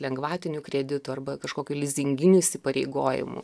lengvatinių kreditų arba kažkokių lizinginių įsipareigojimų